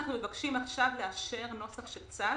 אנחנו מבקשים עכשיו לאשר נוסח של צו